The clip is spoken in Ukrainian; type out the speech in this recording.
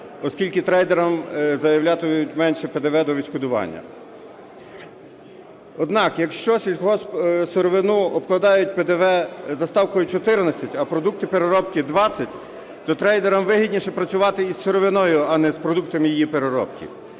оскільки трейдерам заявлятимуть менше ПДВ до відшкодування. Однак, якщо сільгоспсировину обкладають ПДВ за ставкою 14, а продукти переробки 20, то трейдерам вигідніше працювати із сировиною, а не з продуктами її переробки.